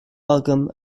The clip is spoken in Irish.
agam